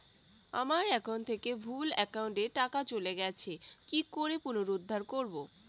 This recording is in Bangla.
আমার একাউন্ট থেকে ভুল একাউন্টে টাকা চলে গেছে কি করে পুনরুদ্ধার করবো?